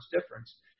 difference